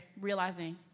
realizing